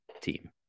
team